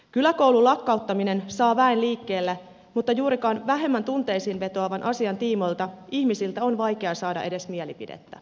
kyläkoulun lakkauttaminen saa väen liikkeelle mutta vähemmän tunteisiin vetoavan asian tiimoilta ihmisiltä on vaikea saada edes mielipidettä